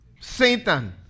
Satan